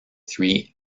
three